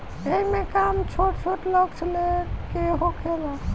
एईमे काम छोट छोट लक्ष्य ले के होखेला